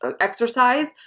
exercise